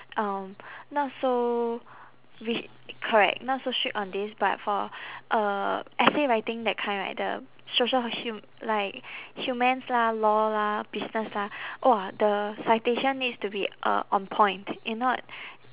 um not so restr~ correct not so strict on this but for uh essay writing that kind right the social like humans lah law lah business lah !wah! the citation needs to be uh on point if not